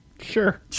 sure